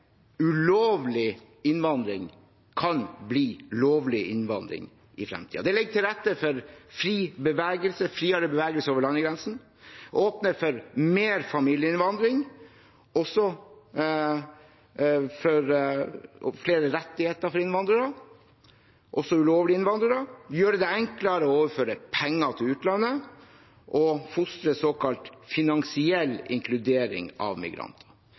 ulovlig innvandring, kan bli lovlig innvandring i fremtiden. Den legger til rette for friere bevegelse over landegrensene, åpner for mer familieinnvandring og flere rettigheter for innvandrere, også ulovlige innvandrere, gjør det enklere å overføre penger til utlandet og fostrer såkalt finansiell inkludering av migranter.